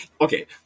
okay